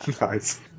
Nice